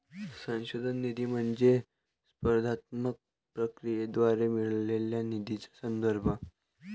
संशोधन निधी म्हणजे स्पर्धात्मक प्रक्रियेद्वारे मिळालेल्या निधीचा संदर्भ